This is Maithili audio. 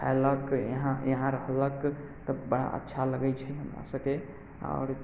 खयलक यहाँ रहलक तऽ बड़ा अच्छा लगैत छै हमरासभके आओर